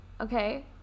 okay